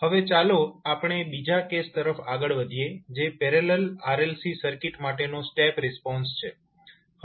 હવે ચાલો આપણે બીજા કેસ તરફ આગળ વધીએ જે પેરેલલ RLC સર્કિટ માટેનો સ્ટેપ રિસ્પોન્સ છે